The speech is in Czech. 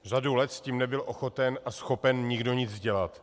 Řadu let s tím nebyl ochoten a schopen nikdo nic dělat.